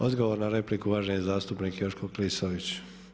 Odgovor na repliku, uvaženi zastupnik Joško Klisović.